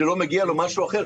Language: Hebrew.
שלא מגיע לו משהו אחר.